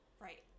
Right